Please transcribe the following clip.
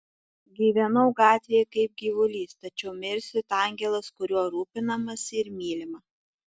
gyvenau gatvėje kaip gyvulys tačiau mirsiu it angelas kuriuo rūpinamasi ir mylima